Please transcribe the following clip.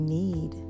need